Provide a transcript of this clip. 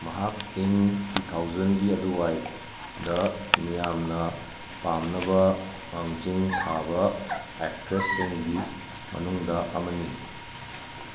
ꯃꯍꯥꯛ ꯏꯪ ꯇꯨ ꯊꯧꯎꯖꯟꯒꯤ ꯑꯗꯨꯋꯥꯏꯗ ꯃꯤꯌꯥꯝꯅ ꯄꯥꯝꯅꯕ ꯃꯥꯡꯖꯤꯟ ꯊꯥꯕ ꯑꯦꯛꯇ꯭ꯔꯦꯁꯁꯤꯡꯒꯤ ꯃꯅꯨꯡꯗ ꯑꯃꯅꯤ